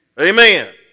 Amen